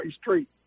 street